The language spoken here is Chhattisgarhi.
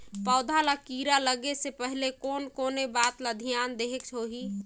पौध ला कीरा लगे से पहले कोन कोन बात ला धियान देहेक होही?